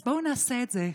אז בואו נעשה את זה.